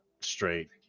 straight